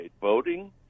Voting